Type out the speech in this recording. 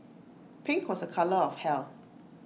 pink was A colour of health